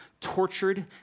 tortured